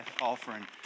offering